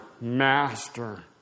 master